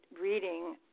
reading